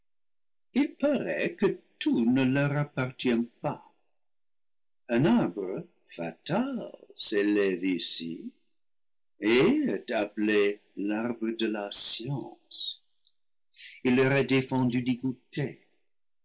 il paraît que tout ne leur appartient pas un arbre fatal s'élève ici et est appelé l'arbre de la science il leur est défendu